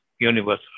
universe